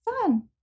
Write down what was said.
Fun